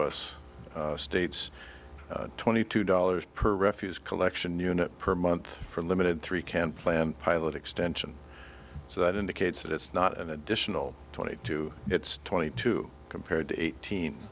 us states twenty two dollars per refuse collection unit per month for a limited three can plan pilot extension so that indicates that it's not an additional twenty two it's twenty two compared to eighteen